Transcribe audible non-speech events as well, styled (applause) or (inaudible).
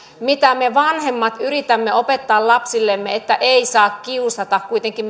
me vanhemmathan yritämme opettaa lapsillemme että ei saa kiusata mutta kuitenkin (unintelligible)